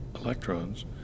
electrons